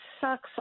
sucks